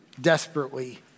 desperately